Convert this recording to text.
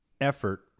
effort